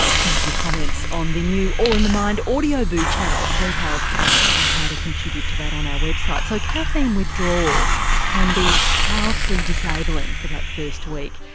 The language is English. some of your comments on the new all in the mind audioboo channel, details on how to contribute to that on our website. so caffeine withdrawal can be powerfully disabling for that first week,